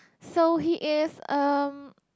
so he is um